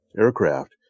aircraft